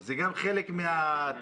זה גם חלק מהטרמינולוגיה.